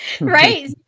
right